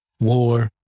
war